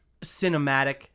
cinematic